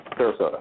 Sarasota